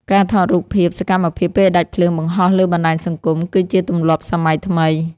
ការថតរូបភាពសកម្មភាពពេលដាច់ភ្លើងបង្ហោះលើបណ្តាញសង្គម គឺជាទម្លាប់សម័យថ្មី។